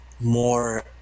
more